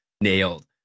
nailed